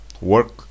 work